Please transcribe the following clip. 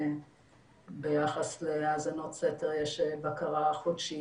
ביחס להאזנות סתר יש בקרה חודשית,